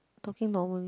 talking normally